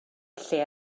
lle